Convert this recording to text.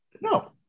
No